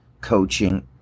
coaching